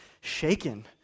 shaken